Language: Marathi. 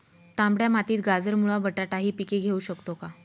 तांबड्या मातीत गाजर, मुळा, बटाटा हि पिके घेऊ शकतो का?